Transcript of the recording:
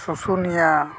ᱥᱩᱥᱩᱱᱤᱭᱟᱹ